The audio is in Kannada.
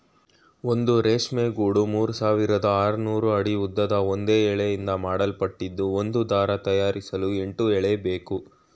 ಒಂದು ರೇಷ್ಮೆ ಗೂಡು ಮೂರ್ಸಾವಿರದ ಆರ್ನೂರು ಅಡಿ ಉದ್ದದ ಒಂದೇ ಎಳೆಯಿಂದ ಮಾಡಲ್ಪಟ್ಟಿದ್ದು ಒಂದು ದಾರ ತಯಾರಿಸಲು ಎಂಟು ಎಳೆಬೇಕು